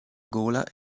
gola